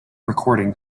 recording